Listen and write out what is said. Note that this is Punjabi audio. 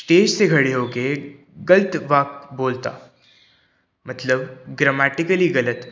ਸਟੇਜ 'ਤੇ ਖੜ੍ਹੇ ਹੋ ਕੇ ਗਲਤ ਵਾਕ ਬੋਲ ਤਾ ਮਤਲਬ ਗਰਾਮੈਟੀਕਲੀ ਗਲਤ